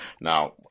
Now